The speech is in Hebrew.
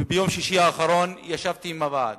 וביום שישי האחרון ישבתי עם הוועד